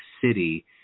City